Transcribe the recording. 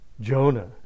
Jonah